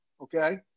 okay